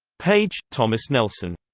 page, thomas nelson.